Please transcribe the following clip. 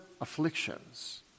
afflictions